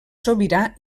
sobirà